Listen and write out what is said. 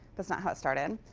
that's not how it started.